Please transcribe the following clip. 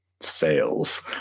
sales